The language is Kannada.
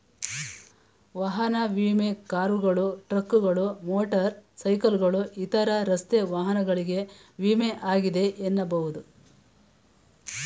ವಾಹನ ವಿಮೆ ಕಾರುಗಳು, ಟ್ರಕ್ಗಳು, ಮೋಟರ್ ಸೈಕಲ್ಗಳು ಇತರ ರಸ್ತೆ ವಾಹನಗಳಿಗೆ ವಿಮೆ ಆಗಿದೆ ಎನ್ನಬಹುದು